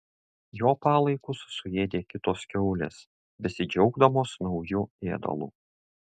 jo palaikus suėdė kitos kiaulės besidžiaugdamos nauju ėdalu